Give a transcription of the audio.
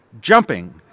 Jumping